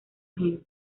gen